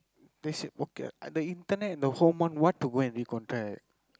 they say okay I the internet in the home one what to go and recontract